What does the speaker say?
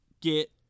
get